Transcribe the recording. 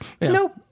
Nope